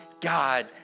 god